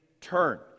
turn